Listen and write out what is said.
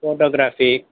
photography